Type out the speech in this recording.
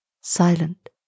silent